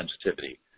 Sensitivity